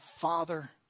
father